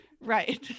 Right